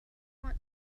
want